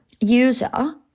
user